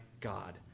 God